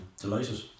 delighted